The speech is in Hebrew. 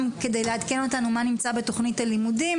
גם כדי לעדכן אותנו מה נמצא בתוכנית הלימודים,